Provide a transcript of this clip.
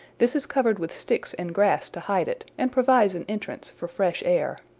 this is covered with sticks and grass to hide it, and provides an entrance for fresh air.